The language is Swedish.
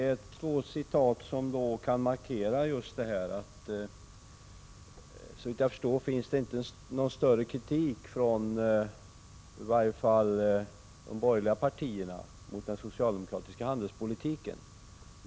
Dessa båda uttalanden kan, såvitt jag förstår, markera just det faktum att det inte förekommer någon större kritik från i varje fall de borgerliga partiernas sida mot den socialdemokratiska handelspolitiken.